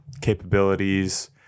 capabilities